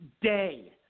day